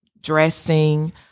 dressing